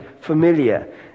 familiar